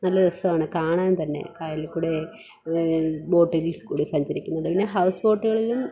നല്ല രസമാണ് കാണാൻ തന്നെ കായലിൽ കൂടെ ബോട്ടിൽ കൂടി സഞ്ചരിക്കുമ്പം തന്നെ ഹൗസ് ബോട്ടുകളിലും